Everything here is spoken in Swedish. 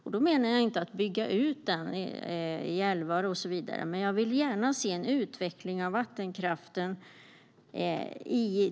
Jag menar inte att bygga ut den i älvar och så vidare, men jag vill gärna se en innovativ utveckling av vattenkraften.